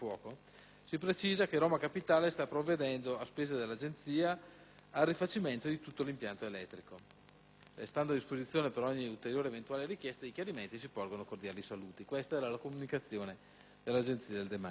si precisa che Roma Capitale sta provvedendo, a spese dell'Agenzia, al rifacimento di tutto l'impianto elettrico. Restando a disposizione per ogni ulteriore eventuale richiesta di chiarimenti, si porgono cordiali saluti". Questa era la comunicazione dell'Agenzia del demanio.